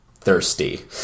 thirsty